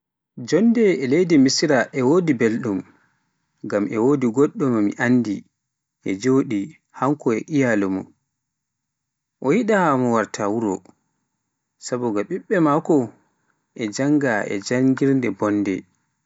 Jonde e nde leydi Misra e wodi belɗum, ngam e wodi goɗɗo mo mi anndi e joɗi hanko e iyaalu mun, O yiɗa ma o warta wuro, sobo ɓiɓɓe maako e jannga e janngirde bonde.